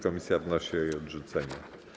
Komisja wnosi o jej odrzucenie.